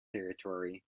territory